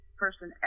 person